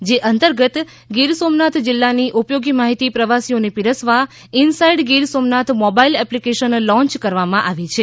જે અતંર્ગત ગીર સોમનાથ જીલ્લાની ઉપયોગી માહિતી પ્રવાસીઓને પીરસવા inside Gir Somnath mobile application launch કરવામાં આવી છે